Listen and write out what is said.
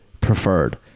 preferred